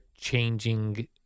changing